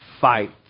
fight